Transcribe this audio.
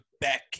back